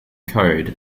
code